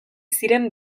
ziren